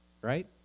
Right